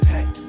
Hey